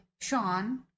Sean